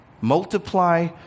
Multiply